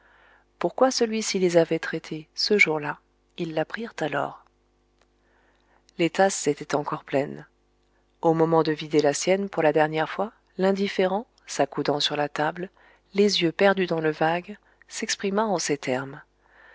pourquoi celui-ci les avait traités ce jour-là ils l'apprirent alors les tasses étaient encore pleines au moment de vider la sienne pour la dernière fois l'indifférent s'accoudant sur la table les yeux perdus dans le vague s'exprima en ces termes